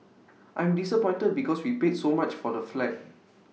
I'm disappointed because we paid so much for the flat